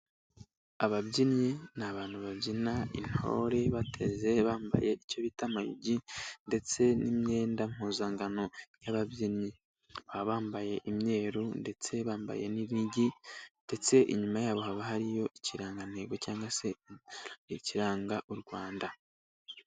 Ababyinnyi ni abantu babyina intore bateze bambaye icyo bita amayugi, ndetse n'imyenda mpuzangano y'ababyinnyi, baba bambaye imyeru ndetse bambaye n'inigi, ndetse inyuma yabo haba hariyo ikirangantego cyangwa se ikiranga u rwanda.